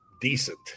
decent